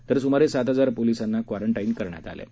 तर सुमारे सात हजार पोलिसांना क्वारंटाईन करण्यात आले आहे